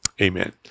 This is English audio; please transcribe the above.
amen